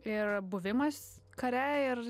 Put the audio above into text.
ir buvimas kare ir